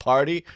Party